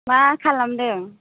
मा खालामदों